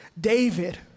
David